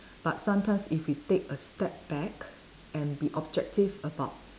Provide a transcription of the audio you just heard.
but sometimes if we take a step back and be objective about